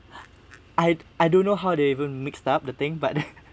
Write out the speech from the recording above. I I don't know how they even mixed up the thing but